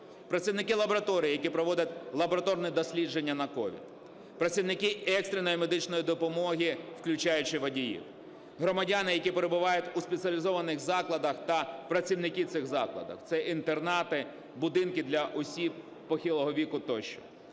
працівники лабораторії, які проводять лабораторне дослідження на СOVID; працівники екстреної медичної допомоги, включаючи водіїв; громадяни, які перебувають у спеціалізованих закладах, та працівники цих закладів, це інтернати, будинки для осіб похилого віку тощо;